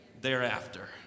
thereafter